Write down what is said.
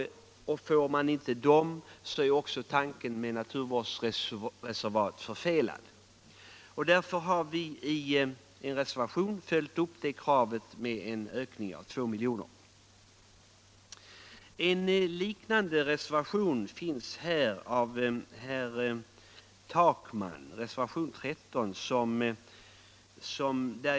Får man inte dem är också tanken med naturvårdsreservaten förfelad. Därför har vi i en reservation följt upp det kravet med begäran om en höjning av anslaget med 2 miljoner. En liknande reservation finns här av herr Takman, reservationen 13.